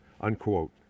unquote